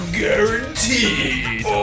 guaranteed